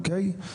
אוקיי?